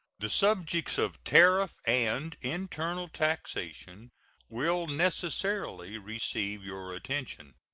the subjects of tariff and internal taxation will necessarily receive your attention.